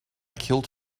killed